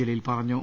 ജലീൽ പറഞ്ഞു